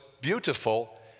beautiful